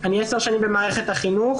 אני עשר שנים במערכת החינוך,